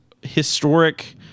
historic